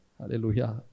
Hallelujah